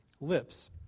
lips